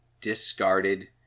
discarded